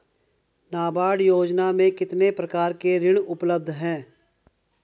नाबार्ड योजना में कितने प्रकार के ऋण उपलब्ध हैं?